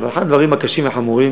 אחד הדברים הקשים והחמורים